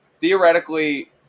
theoretically